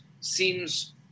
seems